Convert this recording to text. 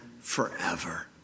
forever